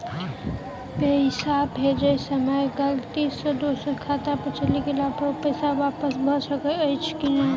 पैसा भेजय समय गलती सँ दोसर खाता पर चलि गेला पर ओ पैसा वापस भऽ सकैत अछि की?